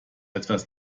etwas